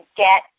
get